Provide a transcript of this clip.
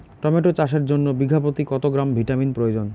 Tomato চাষের জন্য বিঘা প্রতি কত গ্রাম ভিটামিন প্রয়োজন?